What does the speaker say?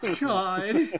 God